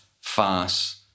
fast